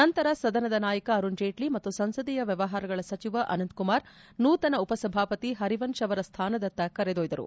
ನಂತರ ಸದನದ ನಾಯಕ ಅರುಣ್ ಜೇಟ್ತಿ ಮತ್ತು ಸಂಸದೀಯ ವ್ಯವಹಾರಗಳ ಸಚಿವ ಅನಂತಕುಮಾರ್ ನೂತನ ಉಪಭಾಪತಿ ಹರಿವಂಶ್ ಅವರ ಸ್ಥಾನದತ್ತ ಕರೆದೊಯ್ದರು